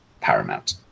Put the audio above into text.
paramount